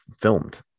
filmed